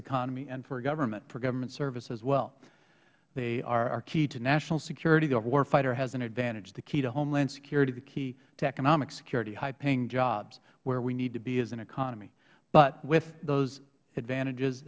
economy and for government for government service as well they are our key to national security the war fighter has an advantage the key to homeland security the key to economic security high paying jobs where we need to be as an economy but with those advantages